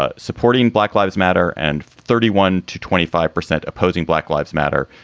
ah supporting black lives matter. and thirty one to twenty five percent opposing black lives matter.